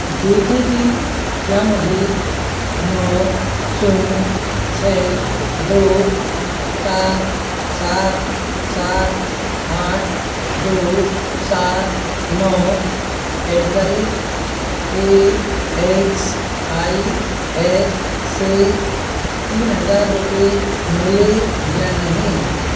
देखें कि क्या मुझे नौ शून्य छः दो चार चार चार आठ दो सात नौ at the rate A X I S से तीन हज़ार रुपये मिले या नहीं